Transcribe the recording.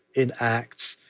in acts,